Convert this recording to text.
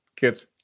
good